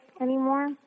anymore